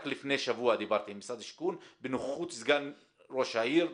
רק לפני שבוע דיברתי עם משרד השיכון בנוכחות סגן ראש העיר.